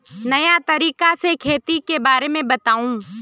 नया तरीका से खेती के बारे में बताऊं?